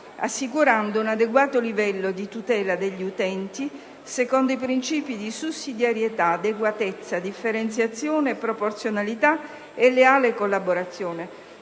assicurando un adeguato livello di tutela degli utenti, secondo i principi di sussidiarietà, adeguatezza, differenziazione, proporzionalità e leale collaborazione.